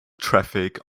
traffic